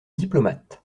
diplomate